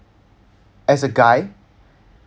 as a guy